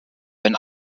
wenn